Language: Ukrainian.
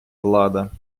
влада